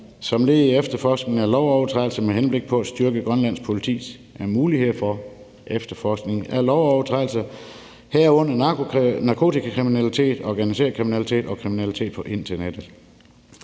som led i efterforskningen af lovovertrædelser med henblik på at styrke Grønlands politis muligheder for efterforskning af lovovertrædelser, herunder narkotikakriminalitet, organiseret kriminalitet og kriminalitet på internettet.